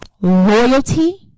loyalty